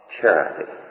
charity